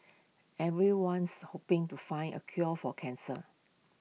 everyone's hoping to find A cure for cancer